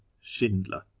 Schindler